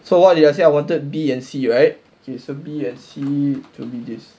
so what did I say I wanted B and C right okay so B and C would be this